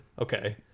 okay